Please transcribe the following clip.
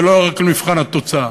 ולא רק מבחן התוצאה,